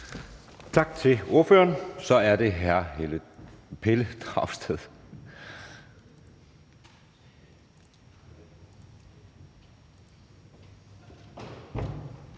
Tak til ordføreren. Så er det hr. Pelle Dragsted.